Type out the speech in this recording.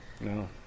no